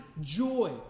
joy